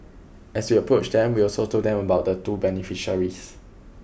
as we approached them we also told them about the two beneficiaries